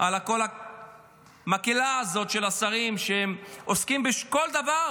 על כל המקהלה הזאת של השרים שעוסקים בכל דבר,